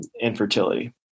infertility